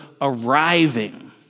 arriving